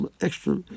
extra